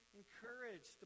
encourage